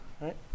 right